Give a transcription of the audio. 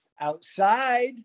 outside